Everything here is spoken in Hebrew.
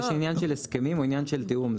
יש עניין של הסכמים ועניין של תיאום.